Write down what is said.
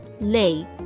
Lay